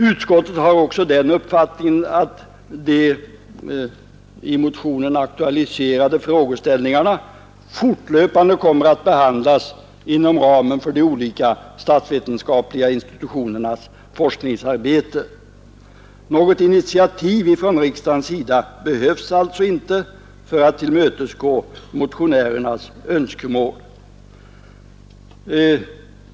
Utskottet har också den uppfattningen att de i motionen aktualiserade frågeställningarna fortlöpande kommer att behandlas inom ramen för de olika statsvetenskapliga institutionernas forskningsarbete. Något initiativ från riksdagens sida behövs alltså inte för att tillmötesgå motionärernas önskemål.